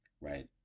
right